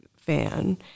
fan